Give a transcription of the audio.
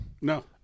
No